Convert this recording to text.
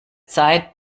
zeit